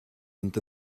mynd